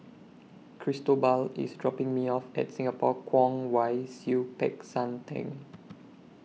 Cristobal IS dropping Me off At Singapore Kwong Wai Siew Peck San Theng